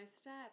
step